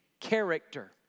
character